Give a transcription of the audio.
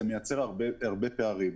זה מייצר הרבה פערים.